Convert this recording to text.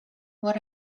what